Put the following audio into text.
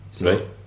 Right